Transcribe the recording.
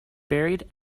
buried